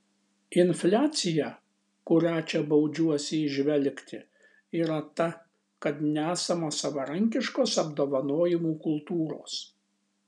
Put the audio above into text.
infliacija kurią čia baudžiuosi įžvelgti yra ta kad nesama savarankiškos apdovanojimų kultūros